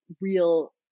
real